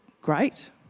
great